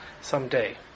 someday